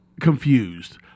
confused